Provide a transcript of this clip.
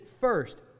first